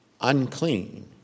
Unclean